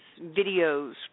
videos